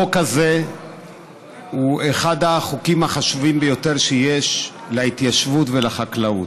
החוק הזה הוא אחד החוקים החשובים ביותר שיש להתיישבות ולחקלאות.